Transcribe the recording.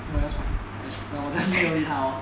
very smart